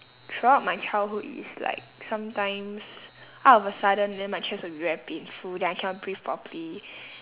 throughout my childhood is like sometimes all of a sudden then my chest will be very painful then I cannot breathe properly